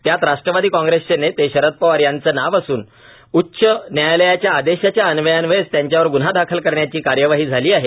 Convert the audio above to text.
त्यात राष्ट्रवादी कॉग्रेसचे नेते शरद पवार यांचे नाव असून उच्च न्यायालयाच्या आदेशाच्या अन्वयेच त्यांच्यावर गुन्हा दाखल करण्याची कार्यवाही झाली आहे